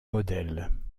modèles